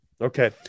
Okay